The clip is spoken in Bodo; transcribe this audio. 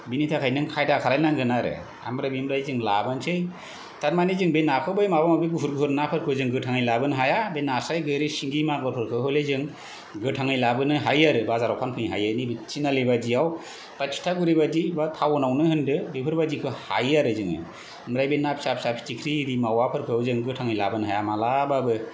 बेनि थाखाय नों खायदा खालायनांगोन आरो आमफ्राय बेनिफ्राय जों लाबावनोसै थारमानि जों बे नाखौ बै माबा माबि गुफुर गुफुर नाफोरखौ जों गोथाङै लाबोनो हाया बे नास्राय गोरै सिंगि मागुरफोरखौ हयलै जों गथाङै लाबोनो हायो आरो बाजाराव फानफैनो हायो नैबे थिनालि बायदियाव दा थिथागुरि बायदि बा थावनावनो होनदो बेफोरबायदिखौ हायो आरो जोङो ओमफ्राय बे ना फिसा फिसा फिथिख्रि रिमावाफोरखौ जों गोथाङै लाबानो हाया मालाबाबो